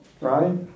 Right